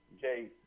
Jay